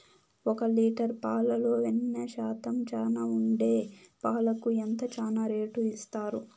ఒక లీటర్ పాలలో వెన్న శాతం చానా ఉండే పాలకు ఎంత చానా రేటు ఇస్తారు?